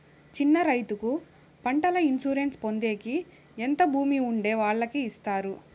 చిన్న రైతుకు పంటల ఇన్సూరెన్సు పొందేకి ఎంత భూమి ఉండే వాళ్ళకి ఇస్తారు?